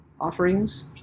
offerings